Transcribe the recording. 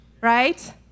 Right